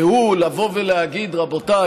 והוא לבוא ולהגיד: רבותיי,